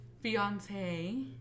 fiance